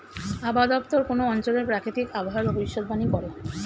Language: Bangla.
আবহাওয়া দপ্তর কোন অঞ্চলের প্রাকৃতিক আবহাওয়ার ভবিষ্যতবাণী করে